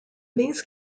these